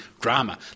drama